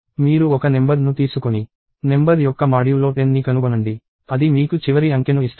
మీరు ఒక నెంబర్ ను తీసుకొని నెంబర్ యొక్క మాడ్యూలో 10ని కనుగొనండి అది మీకు చివరి అంకెను ఇస్తుంది